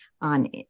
on